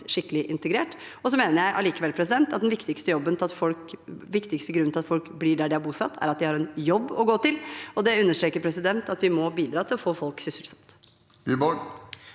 skikkelig integrert. Jeg mener imidlertid at den viktigste grunnen til at folk blir der de er bosatt, er at de har en jobb å gå til. Det understreker at vi må bidra til å få folk sysselsatt.